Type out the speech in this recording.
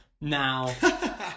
Now